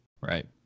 Right